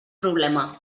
problema